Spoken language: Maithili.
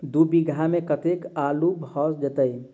दु बीघा मे कतेक आलु भऽ जेतय?